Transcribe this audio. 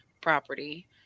property